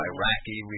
Iraqi